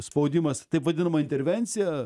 spaudimas taip vadinama intervencija